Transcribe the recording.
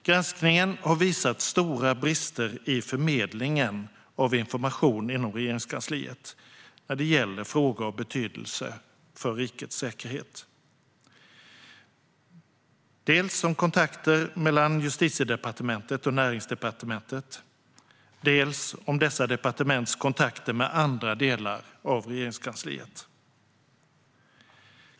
Granskningen har visat stora brister i förmedlingen av information inom Regeringskansliet när det gäller frågor av betydelse för rikets säkerhet. Detta gäller dels kontakter mellan Justitiedepartementet och Näringsdepartementet, dels dessa departements kontakter med andra delar av Regeringskansliet.